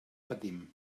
patim